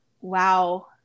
wow